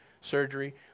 surgery